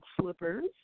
slippers